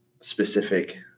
specific